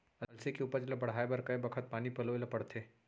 अलसी के उपज ला बढ़ए बर कय बखत पानी पलोय ल पड़थे?